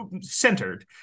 centered